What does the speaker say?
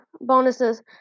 bonuses